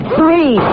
Three